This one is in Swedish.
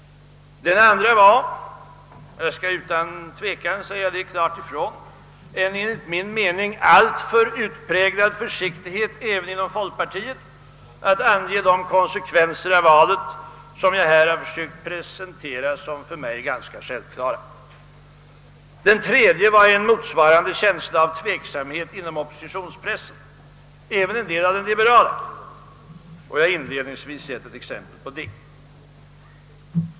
Den andra nackdelen var — det skall jag utan tvekan klart säga ifrån — en enligt min mening alltför utpräglad försiktighet, även inom folkpartiet, i fråga om att ange de konsekvenser av valet, som jag här har försökt presentera såsom för mig ganska självklara. Den tredje nackdelen var en motsvarande känsla av tveksamhet inom oppositionspressen, även inom en del av den liberala. Jag har inledningsvis givit ett exempel på det.